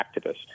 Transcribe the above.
activist